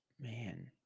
man